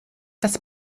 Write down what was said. das